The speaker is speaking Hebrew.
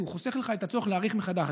כי הוא חוסך לך את הצורך להעריך מחדש.